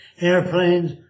airplanes